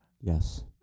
Yes